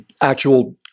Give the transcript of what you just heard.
actual